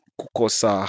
kukosa